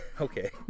Okay